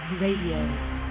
Radio